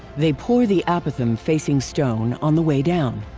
they pour the apothem facing stone on the way down.